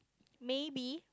maybe